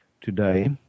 today